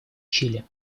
чили